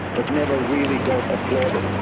but never really got the plaudits.